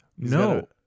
No